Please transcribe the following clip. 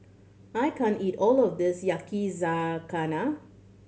I can't eat all of this Yakizakana